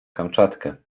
kamczatkę